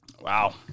Wow